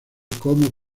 como